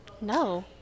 No